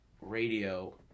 Radio